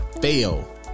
fail